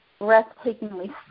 breathtakingly